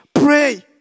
Pray